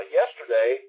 yesterday